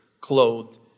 clothed